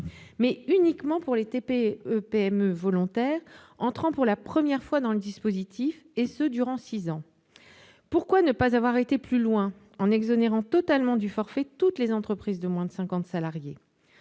mais uniquement pour les TPE et PME volontaires entrant pour la première fois dans le dispositif, et ce durant 6 ans. Pourquoi ne pas avoir été plus loin en exonérant totalement du forfait toutes les entreprises de moins de 50 salariés ?